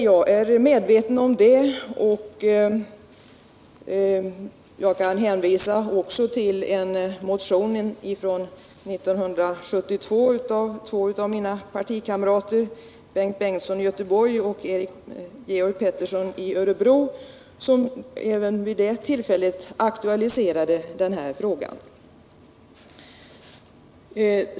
Jag är medveten om det, och jag kan hänvisa också till en motion från 1972, som väcktes av två av mina partikamrater, Bengt Bengtsson i Göteborg och Georg Pettersson i Örebro och som även vid det tillfället aktualiserade den här frågan.